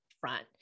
front